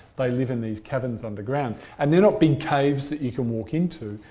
they live in these caverns underground, and they're not big caves that you can walk into.